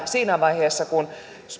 siinä vaiheessa kun